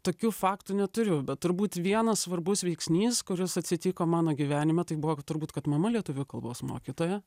tokių faktų neturiu bet turbūt vienas svarbus veiksnys kuris atsitiko mano gyvenime buvo turbūt kad mama lietuvių kalbos mokytoja